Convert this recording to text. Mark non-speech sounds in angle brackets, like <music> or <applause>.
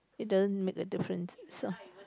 it doesn't make a difference <noise>